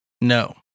No